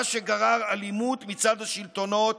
מה שגרר אלימות מצד השלטונות